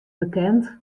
bekend